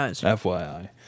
FYI